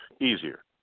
easier